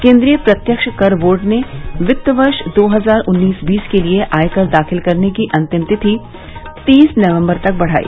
केन्द्रीय प्रत्यक्ष कर बोर्ड ने वित्त वर्ष दो हजार उन्नीस बीस के लिए आयकर दाखिल करने की अंतिम तारीख तीस नवंबर तक बढ़ाई